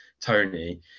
Tony